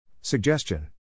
Suggestion